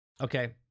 Okay